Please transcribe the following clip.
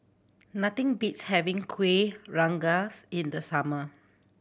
nothing beats having Kuih Rengas in the summer